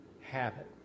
habit